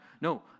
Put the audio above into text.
No